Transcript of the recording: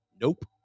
nope